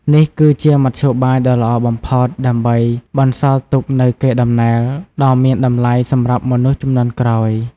នេះគឺជាមធ្យោបាយដ៏ល្អបំផុតដើម្បីបន្សល់ទុកនូវកេរដំណែលដ៏មានតម្លៃសម្រាប់មនុស្សជំនាន់ក្រោយ។